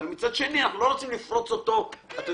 אבל מצד שני אנחנו לא רוצים לפרוץ אותו לגמרי.